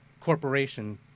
corporation